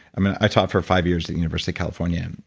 i mean, i taught for five years at university california.